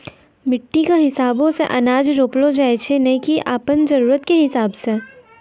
मिट्टी कॅ हिसाबो सॅ अनाज रोपलो जाय छै नै की आपनो जरुरत कॅ हिसाबो सॅ